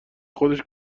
خودش